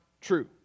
true